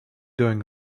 doing